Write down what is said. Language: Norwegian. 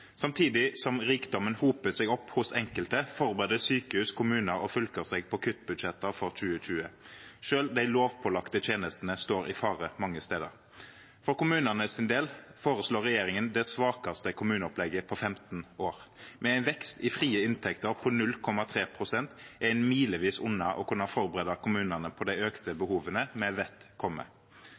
Samtidig som rikdommen hoper seg opp hos enkelte, forbereder sykehus, kommuner og fylker seg på kuttbudsjetter for 2020. Selv de lovpålagte tjenestene står i fare mange steder. For kommunenes del foreslår regjeringen det svakeste kommuneopplegget på 15 år. Med en vekst i frie inntekter på 0,3 pst. er man milevis unna å kunne forberede kommunene på de økte behovene vi vet kommer.